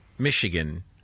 Michigan